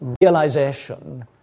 realization